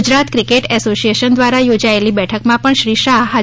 Gujarat cricket association દ્વારા યોજાયેલી બેઠક માં પણ શ્રી શાહ તા